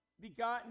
begotten